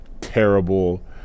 terrible